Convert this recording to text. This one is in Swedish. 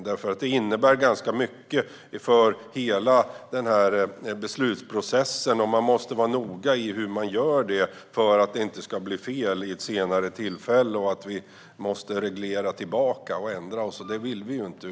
Det innebär nämligen ganska mycket för hela denna beslutsprocess, och man måste vara noga med hur man gör det för att det inte ska bli fel senare så att vi måste reglera tillbaka och ändra. Det vill vi inte.